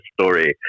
story